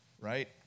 right